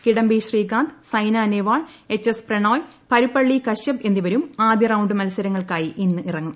Kidambi Srikanth Saina Nehwal H S Prannoy Parupalli Kashyap എന്നിവരും ആദ്യറൌണ്ട് മത്സരങ്ങൾക്കായി ഇന്നിറങ്ങും